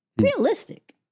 realistic